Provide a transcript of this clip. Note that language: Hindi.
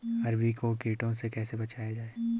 अरबी को कीटों से कैसे बचाया जाए?